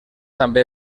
també